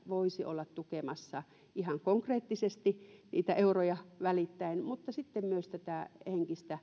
voisi olla tukemassa ihan konkreettisesti niitä euroja välittäen mutta sitten myös henkisesti